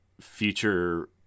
future